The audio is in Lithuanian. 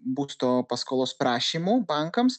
būsto paskolos prašymų bankams